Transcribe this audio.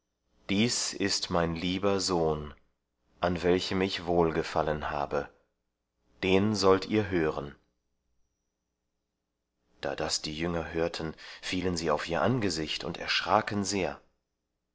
dies ist mein lieber sohn an welchem ich wohlgefallen habe den sollt ihr hören da das die jünger hörten fielen sie auf ihr angesicht und erschraken sehr